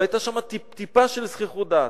לא היתה שם טיפ-טיפה של זחיחות דעת.